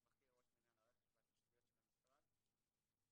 בכיר, ראש מינהל הרכז והתשתיות במשרד הרווחה.